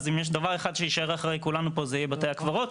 אז אם יש דבר אחר שיישאר אחרי כולנו פה אלו יהיו בתי הקברות,